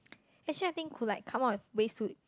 actually I think could like come up with ways to